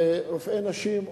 רופאי נשים,